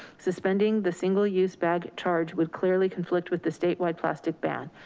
suspending the single use bag charge would clearly conflict with the statewide plastic ban.